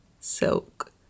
silk